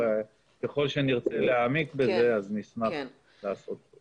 אם נרצה להעמיק בזה, אז נשמח לעשות זאת.